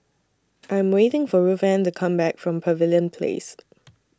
I Am waiting For Ruthanne to Come Back from Pavilion Place